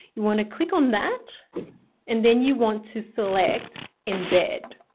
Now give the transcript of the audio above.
you want to click on that and then you want to select, embed.